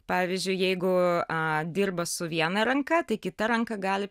pavyzdžiui jeigu dirba su viena ranka tai kita ranka gali